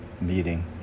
meeting